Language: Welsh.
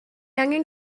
angen